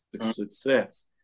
success